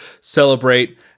celebrate